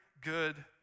good